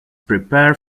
prepare